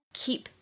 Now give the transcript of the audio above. keep